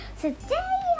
Today